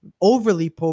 overly